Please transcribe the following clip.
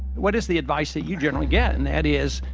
what is the advice that you generally get? and that is,